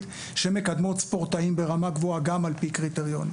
שמקדמות ספורטאים ברמה גבוהה גם על פי קריטריונים.